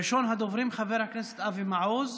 ראשון הדוברים, חבר הכנסת אבי מעוז,